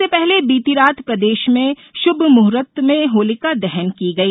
इससे पहले बीती रात प्रदेश में शुभ मुहर्त में होलिका दहन की गई